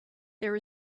there